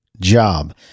job